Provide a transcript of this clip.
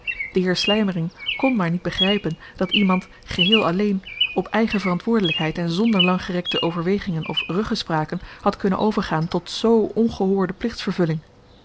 de heer slymering kon maar niet begrypen dat iemand geheel alleen op eigen verantwoordelykheid en zonder langgerekte overwegingen of ruggespraken had kunnen overgaan tot z ongehoorde